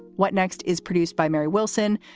what next is produced by mary wilson.